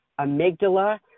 amygdala